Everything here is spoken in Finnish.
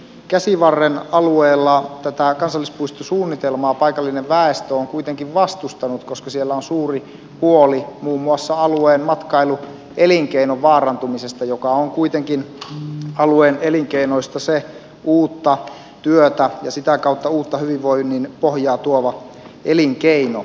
käsivarren alueella tätä kansallispuistosuunnitelmaa paikallinen väestö on kuitenkin vastustanut koska siellä on suuri huoli muun muassa alueen matkailuelinkeinon vaarantumisesta ja se on kuitenkin alueen elinkeinoista se uutta työtä ja sitä kautta uutta hyvinvoinnin pohjaa tuova elinkeino